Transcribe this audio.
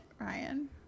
Ryan